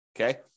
Okay